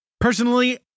Personally